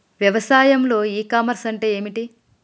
వ్యవసాయంలో e commerce అంటే ఏమిటి?